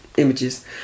images